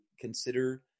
consider